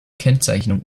kennzeichnung